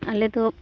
ᱟᱞᱮ ᱫᱚ